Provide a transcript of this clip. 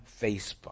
Facebook